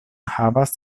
havas